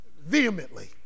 vehemently